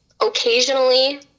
occasionally